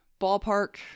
ballpark